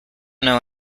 know